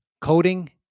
coding